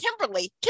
Kimberly